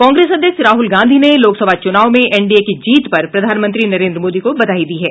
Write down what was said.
कांग्रेस अध्यक्ष राहुल गांधी ने लोकसभा चुनाव में एनडीए की जीत पर प्रधानमंत्री नरेन्द्र मोदी को बधाई दी है